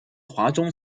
华中